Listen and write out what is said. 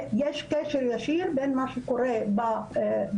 יש קשר ישיר בין מה שקורה במדינה,